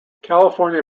california